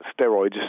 steroids